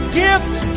gifts